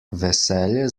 veselje